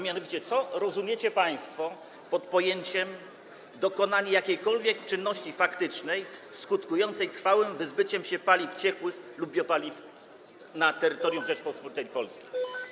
Mianowicie co rozumiecie państwo przez pojęcie dokonania jakiejkolwiek czynności faktycznej skutkującej trwałym wyzbyciem się paliw ciekłych lub biopaliw na terytorium Rzeczypospolitej Polskiej?